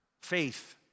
faith